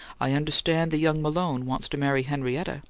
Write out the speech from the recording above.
i understand the young malone wants to marry henrietta.